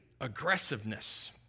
aggressiveness